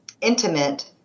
intimate